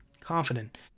confident